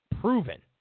proven